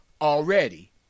already